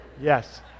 Yes